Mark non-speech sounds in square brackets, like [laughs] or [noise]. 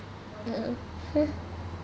ya [laughs]